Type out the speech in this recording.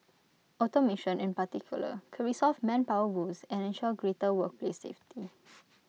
automation in particular could resolve manpower woes and ensure greater workplace safety